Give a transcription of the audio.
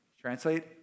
Translate